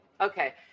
Okay